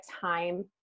time